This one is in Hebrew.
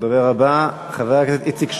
הדובר הבא, חבר הכנסת איציק שמולי.